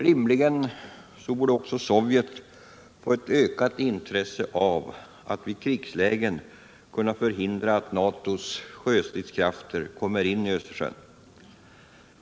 Rimligen borde också Sovjet få ett ökat intresse av att vid krislägen kunna förhindra att NATO:s sjöstridskrafter kommer in i Östersjön.